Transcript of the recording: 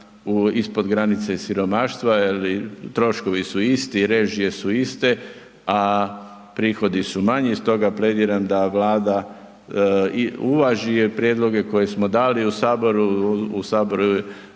ispod granice siromaštva je li troškovi su isti, režije su iste, a prihodi su manji, stoga plediram da Vlada i uvaži prijedloge koje smo dali u saboru. U saboru